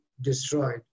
destroyed